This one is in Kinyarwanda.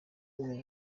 ubu